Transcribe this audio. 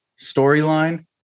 storyline